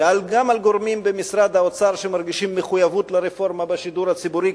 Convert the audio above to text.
וגם על גורמים במשרד האוצר שמרגישים מחויבות לרפורמה בשידור הציבורי,